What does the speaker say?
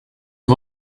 are